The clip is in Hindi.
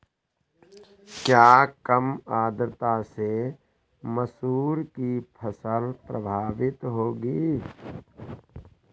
क्या कम आर्द्रता से मसूर की फसल प्रभावित होगी?